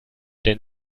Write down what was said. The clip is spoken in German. den